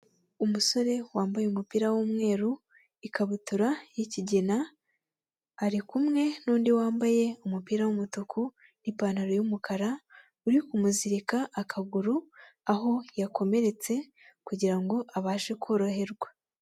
Umusore wambaye umupira w'umweru, ikabutura y'ikigina, arikumwe n'undi wambaye umupira w'umutuku n'ipantaro y'umukara, uri kumuzirika akaguru aho yakomeretse kugirango abashe koroherwa.